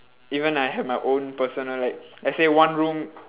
even I have my own personal like let's say one room